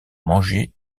manger